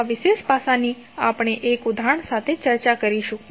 તો આ વિશેષ પાસાની આપણે એક ઉદાહરણ સાથે ચર્ચા કરીશું